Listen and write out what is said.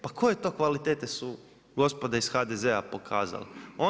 Pa koje to kvalitete su gospoda iz HDZ-a pokazale?